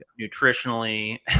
nutritionally